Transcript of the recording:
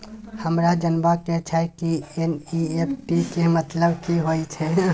हमरा जनबा के छै की एन.ई.एफ.टी के मतलब की होए है?